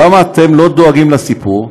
למה אתם לא דואגים לסיפור?